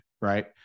Right